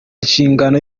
inshingano